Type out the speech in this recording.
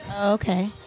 okay